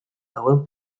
dagoen